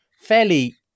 fairly